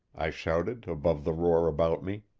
i shouted above the roar about me.